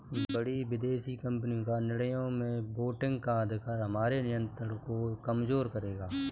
बड़ी विदेशी कंपनी का निर्णयों में वोटिंग का अधिकार हमारे नियंत्रण को कमजोर करेगा